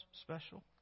special